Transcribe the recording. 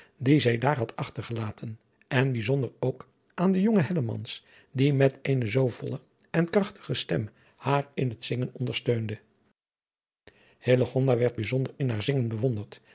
die zij daar had achtergelaten en bijzonder ook aan den jongen hellemans die met eene zoo volle en krachtige stem haar in het zingen ondersteunde hillegonda werd bijzonder in haar zingen bewonderd